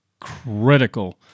critical